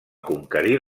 conquerir